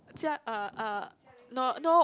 Jia uh uh no no